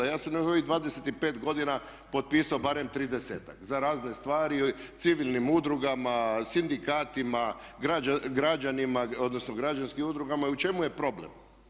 Ja sam u ovih 25 godina potpisao barem tridesetak za razne stvari civilnim udrugama, sindikatima, građanima, odnosno građanskim udrugama i u čemu je problem.